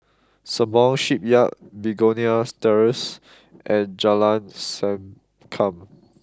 Sembawang Shipyard Begonia Terrace and Jalan Sankam